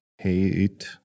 Hate